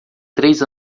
três